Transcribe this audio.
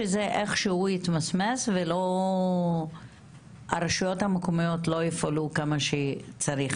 שזה איכשהו יתמסמס והרשויות המקומיות לא יפעלו כמו שצריך,